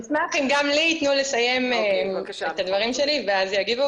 אני אשמח אם גם לי יתנו לסיים את הדברים שלי ואז יגיבו,